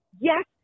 yes